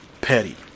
petty